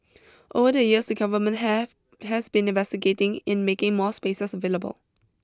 over the years the Government have has been investigating in making more spaces available